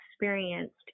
experienced